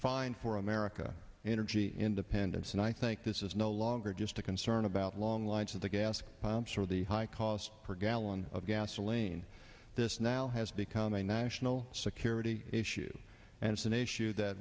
find for america energy independence and i think this is no longer just a concern about long lines at the gas pumps or the high cost per gallon of gasoline this now has become a national security issue and it's an issue that